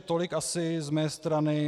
Tolik asi z mé strany.